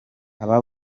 aba